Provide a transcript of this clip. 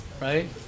right